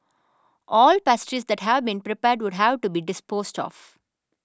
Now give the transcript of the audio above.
all pastries that have been prepared would have to be disposed of